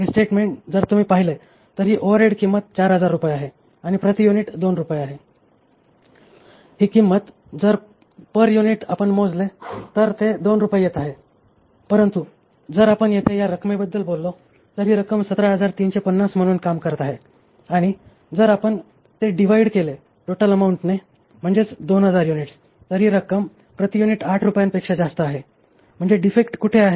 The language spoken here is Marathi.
हे स्टेटमेंट जर तुम्ही पाहिले तर ही ओव्हरहेड किंमत 4000 रुपये आहे आणि प्रति युनिट 2 रुपये आहे ही किंमत जर पर युनिट आपण मोजले तर ते 2 रूपये येत आहे परंतु जर आपण येथे या रकमेबद्दल बोललो तर ही रक्कम 17350 म्हणून काम करत आहे आणि जर आपण ते डिव्हाईड केले टोटल अमाऊंट ने म्हणजेच 2000 युनिट्स तर ही रक्कम प्रति युनिट 8 रुपयांपेक्षा जास्त आहे म्हणजे डिफेक्ट कुठे आहे